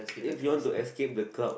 if you want to escape the clouds